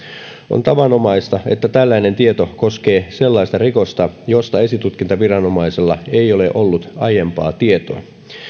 on tavanomaista että tällainen tieto koskee sellaista rikosta josta esitutkintaviranomaisella ei ole ollut aiempaa tietoa